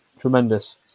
tremendous